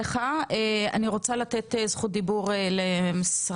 אני רוצה לתת זכות דיבור למשטרה,